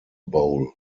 bowl